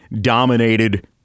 dominated